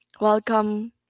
Welcome